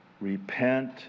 repent